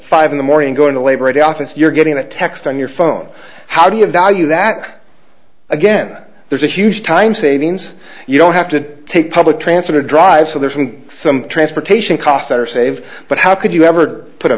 five in the morning go into labor at the office you're getting a text on your phone how do you value that again there's a huge time savings you don't have to take public transit or drive so there's some transportation costs that are saved but how could you ever put a